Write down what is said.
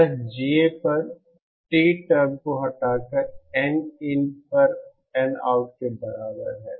यह GA पर T term को हटाकर Nin पर Nout के बराबर है